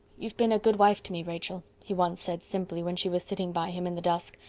you've been a good wife to me, rachel, he once said simply, when she was sitting by him in the dusk,